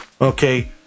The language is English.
Okay